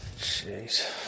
jeez